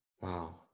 Wow